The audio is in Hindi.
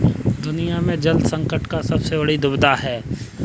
दुनिया में जल संकट का सबसे बड़ी दुविधा है